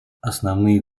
основные